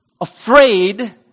afraid